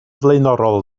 flaenorol